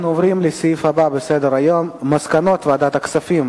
אנחנו עוברים לסעיף הבא בסדר-היום: מסקנות ועדת הכספים